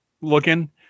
looking